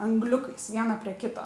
angliukais vieną prie kito